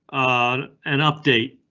ah, an update